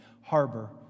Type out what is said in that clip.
Harbor